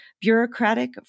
Bureaucratic